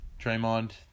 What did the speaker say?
Draymond